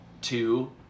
two